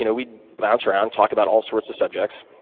you know we bounce around, talk about all sorts of subjects.